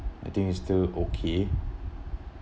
I think it's still okay